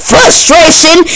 Frustration